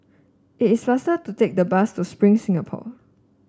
it is faster to take the bus to Spring Singapore